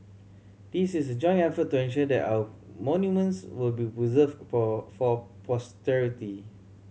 this is a joint effort to ensure that our monuments will be preserved for posterity